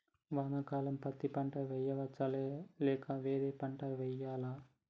వానాకాలం పత్తి పంట వేయవచ్చ లేక వరి పంట వేయాలా?